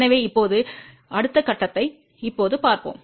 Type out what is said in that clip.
எனவே இப்போது அடுத்த கட்டத்தை இப்போது பார்ப்போம்